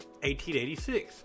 1886